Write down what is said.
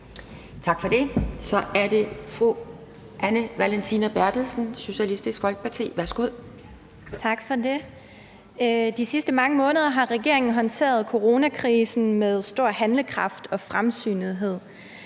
Tak for det. Så er det fru Anne Valentina Berthelsen, Socialistisk Folkeparti. Værsgo. Kl. 10:32 Anne Valentina Berthelsen (SF): Tak for det. De sidste mange måneder har regeringen håndteret coronakrisen med stor handlekraft og fremsynethed.